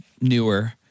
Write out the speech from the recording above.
newer